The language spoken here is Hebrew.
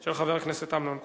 של חבר הכנסת אמנון כהן.